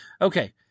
Okay